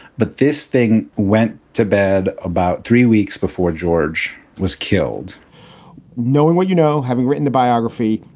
but this thing went to bed about three weeks before george was killed knowing what you know, having written the biography,